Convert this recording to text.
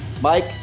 Mike